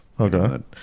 Okay